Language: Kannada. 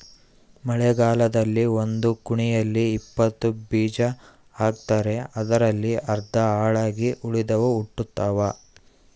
ಮಳೆಗಾಲದಲ್ಲಿ ಒಂದು ಕುಣಿಯಲ್ಲಿ ಇಪ್ಪತ್ತು ಬೀಜ ಹಾಕ್ತಾರೆ ಅದರಲ್ಲಿ ಅರ್ಧ ಹಾಳಾಗಿ ಉಳಿದವು ಹುಟ್ಟುತಾವ